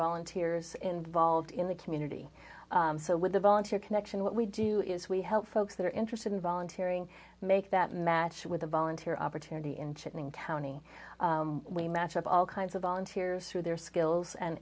volunteers involved in the community so with the volunteer connection what we do is we help folks that are interested in volunteer ing make that match with a volunteer opportunity in chipping county we match up all kinds of volunteers through their skills and